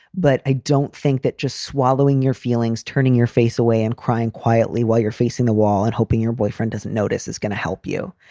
but i don't think that just swallowing your feelings, turning your face away and crying quietly while you're facing the wall and hoping your boyfriend doesn't notice is going to help you.